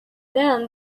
then